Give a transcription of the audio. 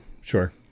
sure